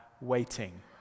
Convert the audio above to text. waiting